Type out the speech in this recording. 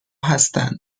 هستند